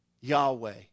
Yahweh